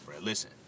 Listen